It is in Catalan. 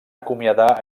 acomiadar